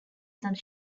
some